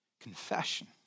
Confession